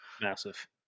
massive